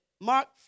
Mark